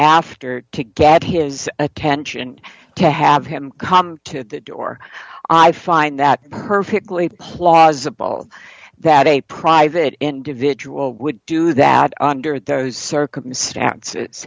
after to get his attention to have him come to the door i find that perfect plausible that a private individual would do that under those circumstances